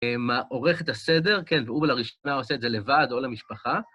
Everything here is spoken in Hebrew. עורך את הסדר, כן, והוא לראשונה עושה את זה לבד או למשפחה.